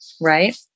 right